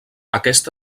aquest